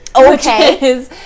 Okay